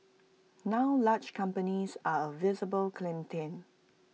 now large companies are A visible clientele